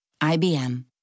IBM